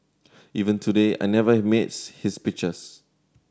even today I never miss his speeches